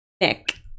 Nick